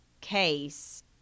case